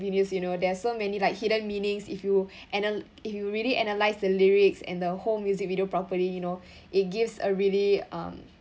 videos you know there's so many like hidden meanings if you ana~ if you really analyze the lyrics and the whole music video properly you know it gives a really um